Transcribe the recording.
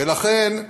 ולכן,